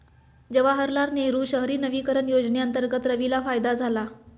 जवाहरलाल नेहरू शहरी नवीकरण योजनेअंतर्गत रवीला फायदा झाला